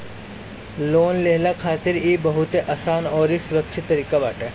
loan लेहला खातिर इ बहुते आसान अउरी सुरक्षित तरीका बाटे